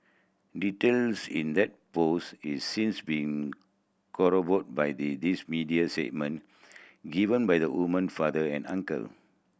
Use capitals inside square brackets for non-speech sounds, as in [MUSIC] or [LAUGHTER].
details in that post is since been [UNINTELLIGIBLE] by the these media statement given by the woman father and uncle